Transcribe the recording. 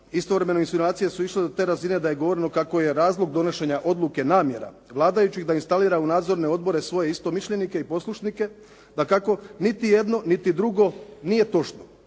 Istovremeno, insinuacije su išle do te razine da je govoreno kako je razlog donošenja odluke namjera vladajućih da instalira u nadzorne odbore svoje istomišljenike i poslušnike. Dakako, niti jedno niti drugo nije točno.